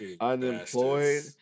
Unemployed